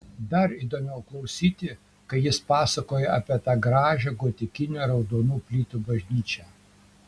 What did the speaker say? dar įdomiau klausyti kai jis pasakoja apie tą gražią gotikinę raudonų plytų bažnyčią